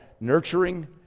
nurturing